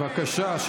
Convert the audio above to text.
בבקשה.